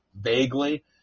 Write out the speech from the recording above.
vaguely